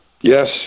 Yes